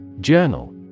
Journal